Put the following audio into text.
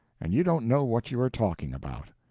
and you don't know what you are talking about.